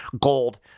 gold